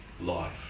life